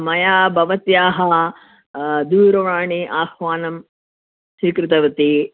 मया भवत्याः दूरवाणी आह्वानं स्वीकृतवती